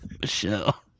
Michelle